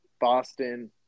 Boston